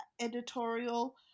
editorial